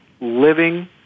living